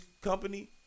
company